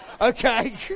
Okay